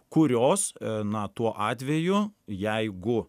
kurios na tuo atveju jeigu